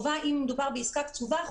אם מדובר בעסקה קצובה,